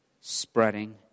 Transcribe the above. spreading